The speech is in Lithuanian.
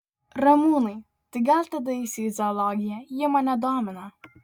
ramūnai tai gal tada eisiu į zoologiją ji mane domina